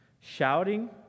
shouting